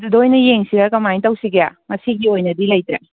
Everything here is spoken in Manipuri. ꯑꯗꯨꯗ ꯑꯣꯏꯅ ꯌꯦꯡꯁꯤꯔꯥ ꯀꯃꯥꯏ ꯇꯧꯁꯤꯒꯦ ꯉꯁꯤꯒꯤ ꯑꯣꯏꯅꯗꯤ ꯂꯩꯇ꯭ꯔꯦ